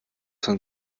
von